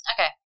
Okay